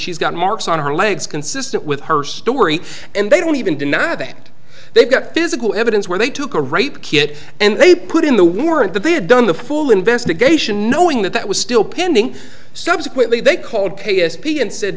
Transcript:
she's got marks on her legs consistent with her story and they don't even deny that they've got physical evidence where they took a rape kit and they put in the warrant that they had done the full investigation knowing that that was still pending subsequently they called p s p and said